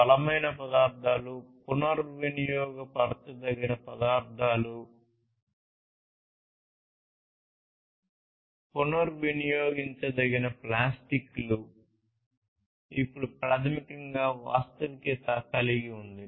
క్రొత్త పదార్థాలు ఇప్పుడు ప్రాథమికంగా వాస్తవికత కలిగి ఉంది